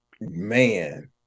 Man